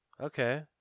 Okay